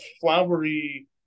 flowery